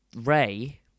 Ray